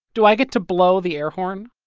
do i get to blow the airhorn?